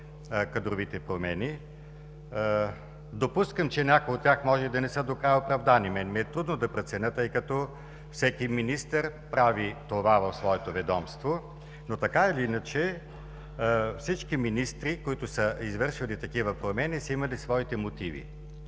кадровите промени. Допускам, че някои от тях може и да не са докрай оправдани. На мен ми е трудно да преценя, защото всеки министър прави това в своето ведомство. Но така или иначе всички министри, които са извършвали такива промени, са имали своите мотиви.